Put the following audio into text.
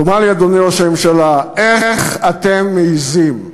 תאמר לי, אדוני ראש הממשלה, איך אתם מעזים?